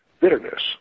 bitterness